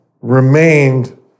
remained